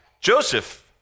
Joseph